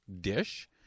dish